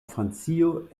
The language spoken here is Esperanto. francio